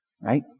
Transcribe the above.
right